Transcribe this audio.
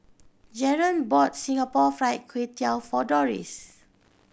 Jaren bought Singapore Fried Kway Tiao for Doris